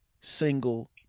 single